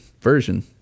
version